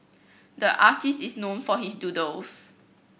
the artist is known for his doodles